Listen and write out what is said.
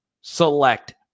Select